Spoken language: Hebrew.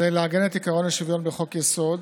זה לעגן את עקרון השוויון בחוק-יסוד,